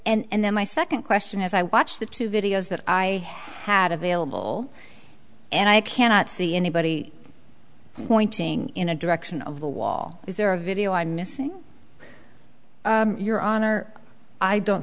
then my second question as i watch the two videos that i had available and i cannot see anybody pointing in a direction of the wall is there a video i'm missing your honor i don't